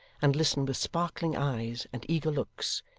and listen with sparkling eyes and eager looks,